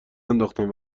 ننداختم